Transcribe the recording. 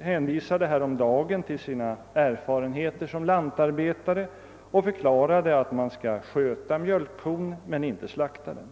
hänvisade häromdagen till sina erfarenheter som lantarbetare och förklarade att »man skall sköta mjölkkon, men inte slakta den».